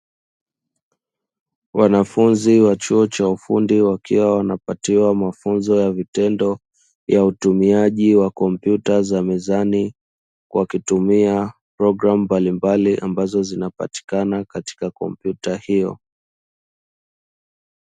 Wanafunzi wa chuo cha ufundi wakiwa wanapatiwa mafunzo ya vitendo ya utumiaji wa kompyuta za mezani, wakitumia programu mbalimbali ambazo zinapatikana katika kompyuta hiyo.